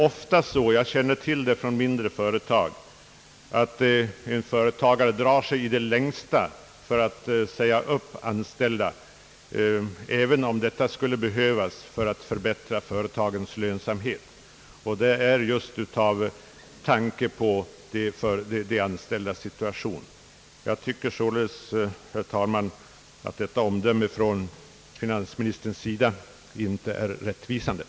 Oftast drar sig företagarna för att i en kritisk situation säga upp sina medarbetare även om detta skulle behövas för att förbättra lönsamheten inom företaget. Jag tycker således, herr talman, att detta omdöme från finansministerns sida inte är rättvist.